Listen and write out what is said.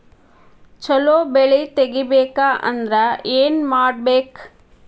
ಛಲೋ ಬೆಳಿ ತೆಗೇಬೇಕ ಅಂದ್ರ ಏನು ಮಾಡ್ಬೇಕ್?